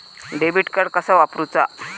Debit card कसा वापरुचा?